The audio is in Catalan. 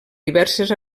diverses